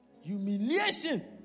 Humiliation